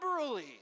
liberally